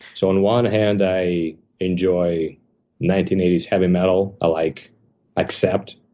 so on one hand, i enjoy nineteen eighty s heavy metal. i like like sept,